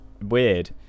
weird